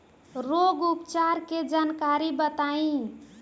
रोग उपचार के जानकारी बताई?